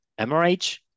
MRH